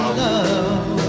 love